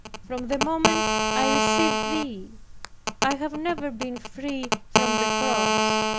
from the moment i received thee i have never been free from the cross,